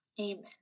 Amen